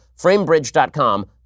Framebridge.com